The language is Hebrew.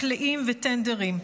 מקלעים וטנדרים.